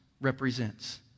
represents